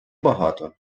багато